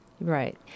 Right